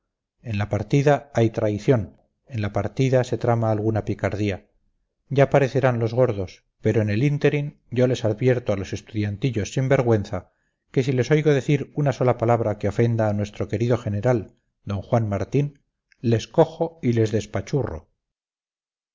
en la partida hay traición en la partida se trama alguna picardía ya parecerán los gordos pero en el ínterin yo les advierto a los estudiantillos sin vergüenza que si les oigo decir una sola palabra que ofenda a nuestro querido general d juan martín les cojo y les despachurro